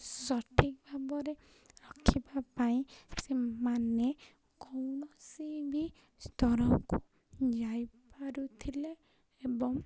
ସଠିକ୍ ଭାବରେ ରଖିବା ପାଇଁ ସେମାନେ କୌଣସି ବି ସ୍ତରକୁ ଯାଇପାରୁଥିଲେ ଏବଂ